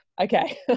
okay